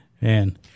Man